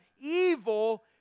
evil